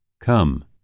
come